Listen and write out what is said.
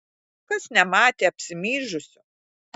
kas nematė apsimyžusio